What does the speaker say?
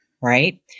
Right